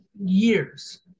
years